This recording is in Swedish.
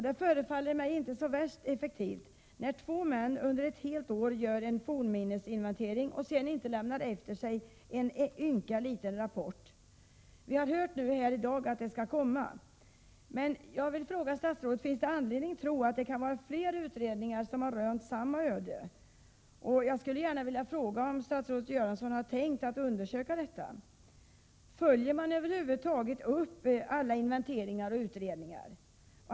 Det förefaller mig inte vara så värst effektivt när två män under ett helt år gör en fornminnesinventering, och sedan inte lämnar efter sig ens en ynka liten rapport. Vi har här i dag fått höra att det skall komma en sådan. Jag vill fråga statsrådet Bengt Göransson om det finns anledning att tro att det kan vara flera utredningar som har rönt samma öde. Jag skulle gärna vilja fråga statsrådet om han har tänkt undersöka detta. Följer man över huvud taget upp alla inventeringar och utredningar?